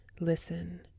listen